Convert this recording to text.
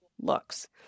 looks